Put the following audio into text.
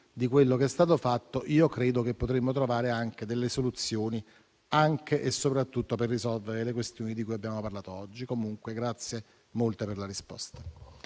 di quello che è stato fatto, credo che potremmo trovare delle soluzioni, anche e soprattutto per risolvere le questioni di cui abbiamo parlato oggi. La ringrazio in ogni caso molto per la risposta.